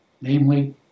Namely